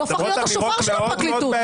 והפך להיות השופר של הפרקליטות.